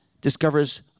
discovers